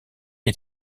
est